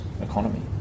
economy